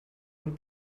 und